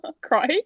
Cry